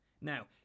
Now